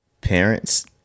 parents